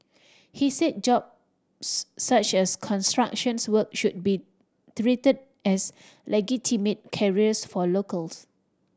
he said jobs such as constructions work should be treated as legitimate careers for locals